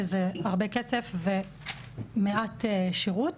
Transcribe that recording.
שזה הרבה כסף ומעט שירות.